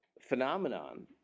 phenomenon